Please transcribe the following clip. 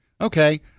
okay